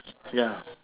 ya